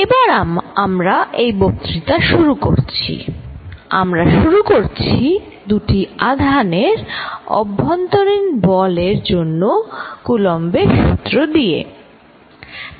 এবার আমরা এই বক্তৃতা শুরু করছি আমরা শুরু করছি দুটি আধানের অভ্যন্তরীণ বল এর জন্য কুলম্বের সূত্র Coulumb's Law দিয়ে